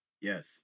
Yes